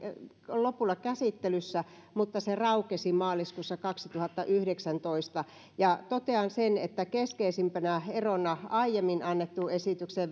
lopulla käsittelyssä mutta se raukesi maaliskuussa kaksituhattayhdeksäntoista totean sen että keskeisimpänä erona aiemmin annettuun esitykseen